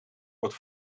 wordt